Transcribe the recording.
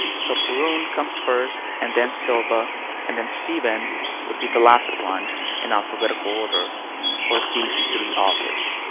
so perun comes first and then silva and then stevens would be the last one in alphabetical order for these three authors.